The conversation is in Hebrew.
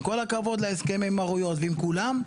עם כל הכבוד להסכמים עם כולם,